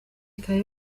ikaba